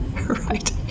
Right